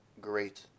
great